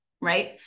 right